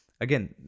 again